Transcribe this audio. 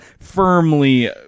firmly